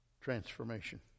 transformation